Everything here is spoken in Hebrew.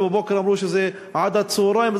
ובבוקר אמרו לי שזה עד הצהריים.